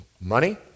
money